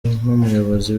n’umuyobozi